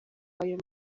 ayo